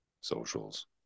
socials